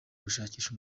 gushakisha